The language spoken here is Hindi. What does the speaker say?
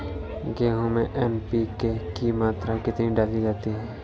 गेहूँ में एन.पी.के की मात्रा कितनी डाली जाती है?